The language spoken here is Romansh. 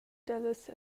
dallas